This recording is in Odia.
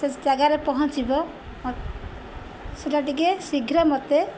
ସେ ଜାଗାରେ ପହଞ୍ଚିବ ସେଇଟା ଟିକେ ଶୀଘ୍ର ମୋତେ